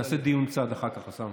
נעשה דיון צד אחר כך, אוסאמה.